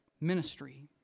ministry